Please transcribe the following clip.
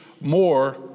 more